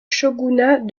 shogunat